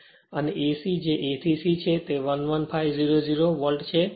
અને AC જે A થી C છે તે 11500 વોલ્ટ છે